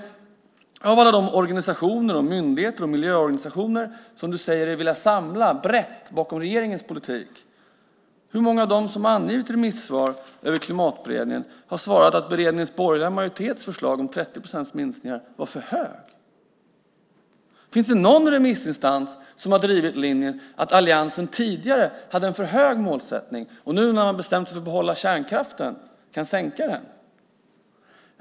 Vilka av alla de organisationer, myndigheter och miljöorganisationer som du säger dig vilja samla brett bakom regeringens politik har i remissvar med anledning av Klimatberedningen sagt att beredningens borgerliga majoritets förslag om 30 procents minskningar var för hög? Finns det någon remissinstans som har drivit linjen att alliansen tidigare hade en för hög målsättning och nu när man har bestämt sig för att behålla kärnkraften kan sänka den?